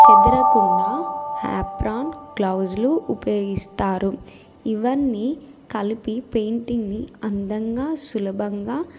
చెదరకుండా apron gloves ఉపయోగిస్తారు ఇవన్నీ కలిపి పెయింటింగ్ని అందంగా సులభంగా